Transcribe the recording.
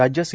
राज्य सी